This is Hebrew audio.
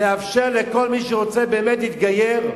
לאפשר לכל מי שרוצה באמת להתגייר,